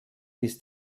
bis